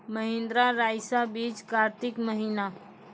महिंद्रा रईसा बीज कार्तिक महीना?